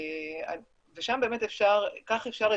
כך אפשר,